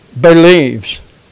believes